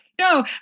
no